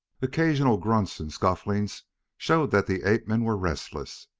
occasional grunts and scufflings showed that the ape-men were restless,